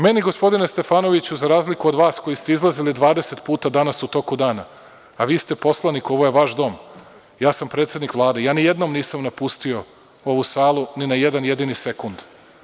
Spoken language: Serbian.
Meni gospodine Stefanoviću za razliku od vas koji ste izlazili 20 puta danas u toku dana, a vi ste poslanik i ovo je vaš dom, ja sam predsednik Vlade i ja nijednom nisam napustio ovu salu ni na jedan jedini sekund.